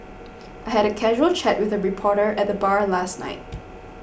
I had a casual chat with a reporter at the bar last night